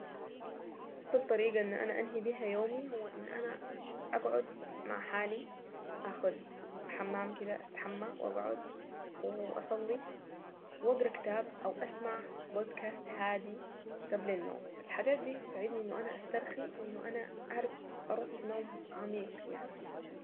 بالطريقة اني انا انهي بها يومي هو ان انا اقعد مع حالي اخذ حمام كذا استحمى واقعد واصلي واقرا كتاب او اسمع بودكاست هادي قبل النوم الحاجات دي تساعدني انه انا استرخي وانه انا اعرف اروح نوم عميق يعني.